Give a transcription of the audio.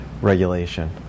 regulation